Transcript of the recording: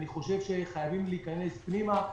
אני חושב שחייבים להיכנס פנימה.